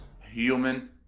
human